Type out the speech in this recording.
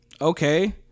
Okay